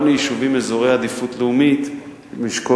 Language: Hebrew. גם ליישובים באזורי עדיפות לאומית עם אשכול